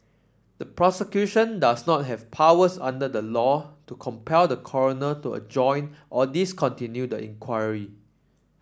the prosecution does not have powers under the law to compel the coroner to a join or discontinue an inquiry